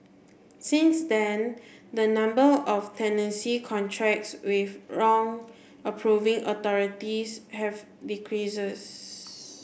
since then the number of tenancy contracts with wrong approving authorities have decreases